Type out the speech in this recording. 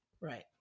Right